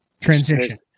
Transition